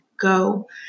go